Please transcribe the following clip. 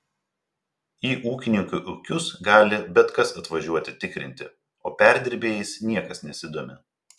į ūkininkų ūkius gali bet kas atvažiuoti tikrinti o perdirbėjais niekas nesidomi